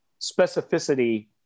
specificity